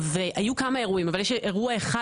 היו כמה אירועים אבל יש אירוע אחד